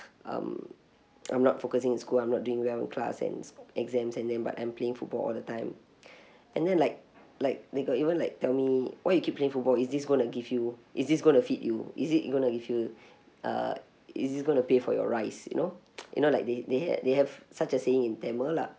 um I'm not focusing in school I'm not doing well in class and s~ exams and then but I'm playing football all the time and then like like they got even like tell me why you keep playing football is this going to give you is this going to feed you is it going to give you uh is this going to pay for your rice you know you know like they they ha~ they have such a saying in tamil lah